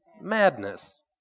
madness